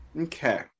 Okay